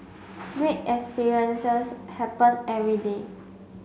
great experiences happen every day